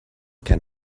can